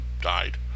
died